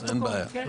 אין בעיה.